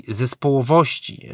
zespołowości